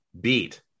beat